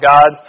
God